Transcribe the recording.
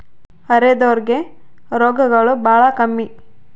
ಅರೆದೋರ್ ಗೆ ರೋಗಗಳು ಬಾಳ ಕಮ್ಮಿ